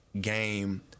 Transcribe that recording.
game